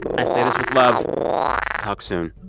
i say this with love talk soon